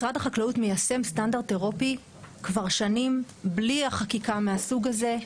משרד החקלאות מיישם סטנדרט אירופי כבר שנים בלי חקיקה מהסוג הזה.